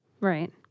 Right